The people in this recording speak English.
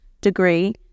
degree